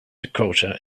dakota